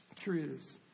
truths